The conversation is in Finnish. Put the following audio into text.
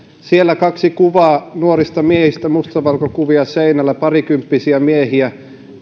kaksi kuvaa nuorista miehistä mustavalkokuvia seinällä parikymppisiä miehiä